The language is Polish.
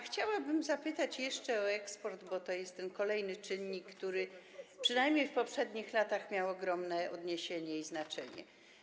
Chciałabym zapytać o eksport, bo to jest kolejny czynnik, który - przynajmniej w poprzednich latach - miał ogromne odniesienie i znaczenie.